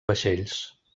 vaixells